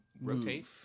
rotate